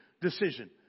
decision